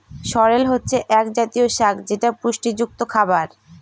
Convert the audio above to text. সরেল হচ্ছে এক জাতীয় শাক যেটা পুষ্টিযুক্ত খাবার